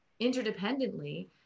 interdependently